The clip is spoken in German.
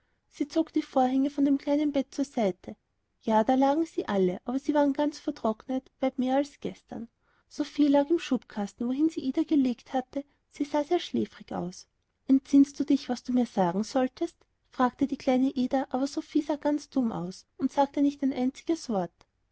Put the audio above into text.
sie zog die vorhänge von dem kleinen bett zur seite ja da lagen sie alle aber sie waren ganz vertrocknet weit mehr als gestern sophie lag im schubkasten wohin sie ida gelegt hatte sie sah sehr schläfrig aus entsinnst du dich was du mir sagen solltest sagte die kleine ida aber sophie sah ganz dumm aus und sagte nicht ein einziges wort